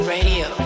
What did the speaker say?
Radio